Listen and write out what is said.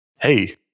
hey